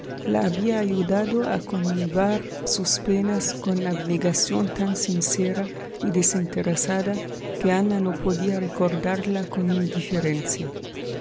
la había ayudado a conllevar sus penas con abnegación tan sincera y desinteresada que ana no podía recordarla con indiferencia